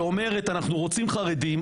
שאומרת אנחנו רוצים חרדים,